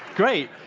great!